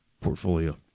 portfolio